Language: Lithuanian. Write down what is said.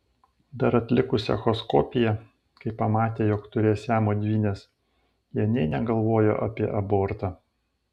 dar atlikus echoskopiją kai pamatė jog turės siamo dvynes jie nė negalvojo apie abortą